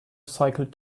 cycled